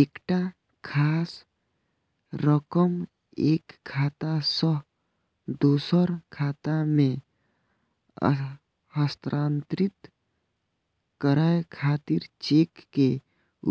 एकटा खास रकम एक खाता सं दोसर खाता मे हस्तांतरित करै खातिर चेक के